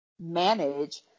manage